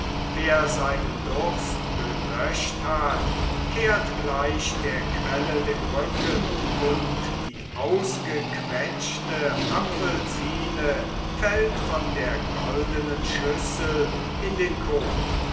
wer seinen durst gelöscht hat kehrt gleich der quelle den rücken und die ausgequetschte apfelsine fällt von der goldenen schüssel in den koth